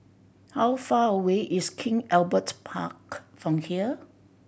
how far away is King Albert Park from here